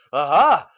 ah